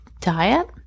diet